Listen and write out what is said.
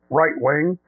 right-wing